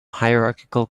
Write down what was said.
hierarchical